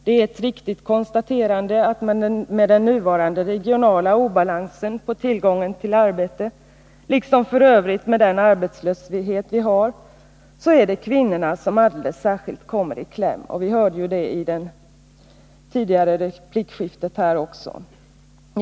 Det är ett riktigt konstaterande, att med den nuvarande regionala obalansen på tillgången till arbete liksom f.ö. med den arbetslöshet vi har, så är det kvinnorna som alldeles särskilt kommer i kläm. Vi hörde det i det tidigare replikskiftet också.